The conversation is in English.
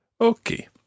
Okay